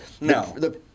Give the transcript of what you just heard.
No